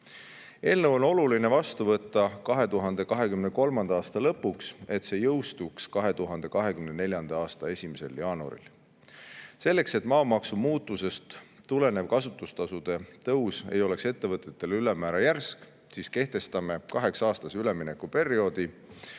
Eelnõu on oluline vastu võtta 2023. aasta lõpuks, et see jõustuks 2024. aasta 1. jaanuaril. Selleks, et maamaksu muudatusest tulenev kasutustasude tõus ei oleks ettevõtetele ülemäära järsk, kehtestame kaheksa-aastase üleminekuperioodi